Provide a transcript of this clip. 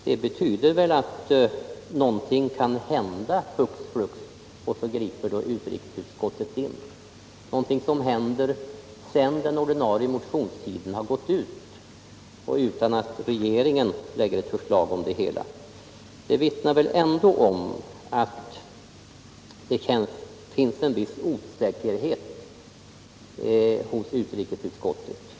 Det betyder väl att om någonting händer hux flux sedan den ordinarie motionstiden gått ut och utan att regeringen framlägger ett förslag om det hela, så griper utrikesutskottet in. Detta vittnar ändå om att det finns en viss osäkerhet hos utrikesutskottet.